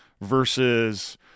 versus